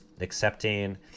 accepting